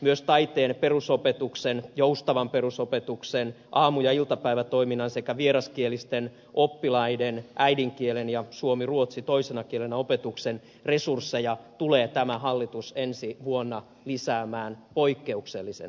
myös taiteen perusopetuksen joustavan perusopetuksen aamu ja iltapäivätoiminnan sekä vieraskielisten oppilaiden äidinkielen ja suomi tai ruotsi toisena kielenä opetuksen resursseja tulee tämä hallitus ensi vuonna lisäämään poikkeuksellisen paljon